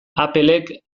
applek